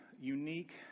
unique